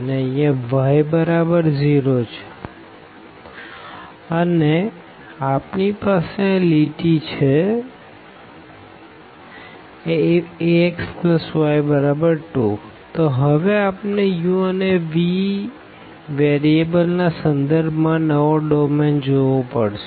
અને અહિયાં yબરાબર 0 છે અને આપણી પાસે આ લીટી છે જ axy2તો હવે આપણે u અનેv વેરીએબલ ના સંદર્ભ માં નવો ડોમેન જોવો પડશે